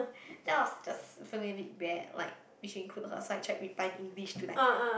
then I was just feeling a bit bad like we should include her so I tried reply in English to like